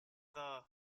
the